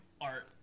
art